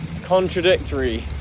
contradictory